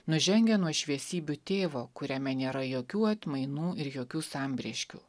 nužengę nuo šviesybių tėvo kuriame nėra jokių atmainų ir jokių sambrėškių